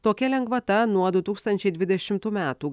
tokia lengvata nuo du tūkstančiai dvidešimtų metų